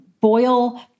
boil